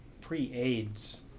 pre-AIDS